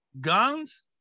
guns